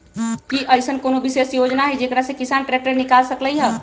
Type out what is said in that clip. कि अईसन कोनो विशेष योजना हई जेकरा से किसान ट्रैक्टर निकाल सकलई ह?